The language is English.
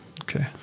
okay